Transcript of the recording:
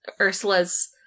Ursula's